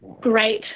great